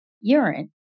urine